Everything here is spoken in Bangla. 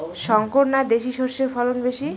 শংকর না দেশি সরষের ফলন বেশী?